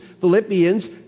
Philippians